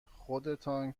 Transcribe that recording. خودتان